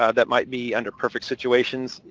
ah that might be under perfect situations,